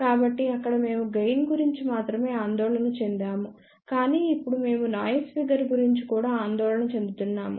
కాబట్టి అక్కడ మేము గెయిన్ గురించి మాత్రమే ఆందోళన చెందాము కానీ ఇప్పుడు మేము నాయిస్ ఫిగర్ గురించి కూడా ఆందోళన చెందుతున్నాము